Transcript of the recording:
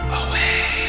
away